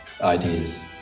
ideas